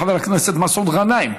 חבר הכנסת מסעוד גנאים,